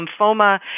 lymphoma